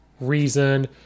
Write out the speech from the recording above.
reason